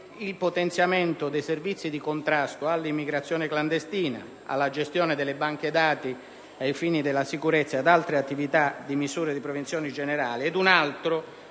il potenziamento dei servizi di contrasto all'immigrazione clandestina, alla gestione delle banche dati ai fini della sicurezza e altre attività di misure di prevenzione generale;